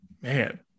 man